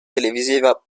televisiva